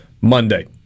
Monday